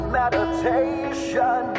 meditation